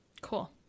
Cool